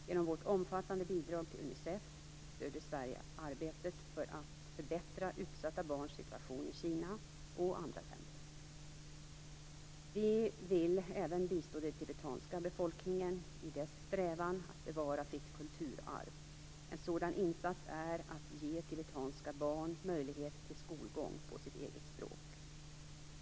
Genom omfattande bidrag till Unicef stöder Sverige arbetet för att förbättra utsatta barns situation i Kina och andra länder. Sverige vill även bistå den tibetanska befolkningen i dess strävan att bevara sitt kulturarv. En sådan insats är att ge tibetanska barn möjlighet till skolgång på sitt eget språk.